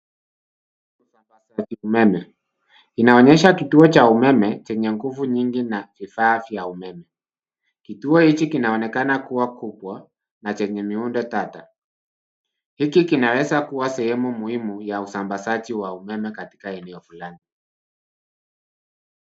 Usambazaji umeme inaonyesha kituo cha umeme chenye nguvu nyingi na vifaa vya umeme. Kituo hichi kinaonekana kuwa kubwa na chenye miundo tata. Hiki kinaweza kuwa sehemu muhimu ya usambazaji wa umeme katika eneo fulani.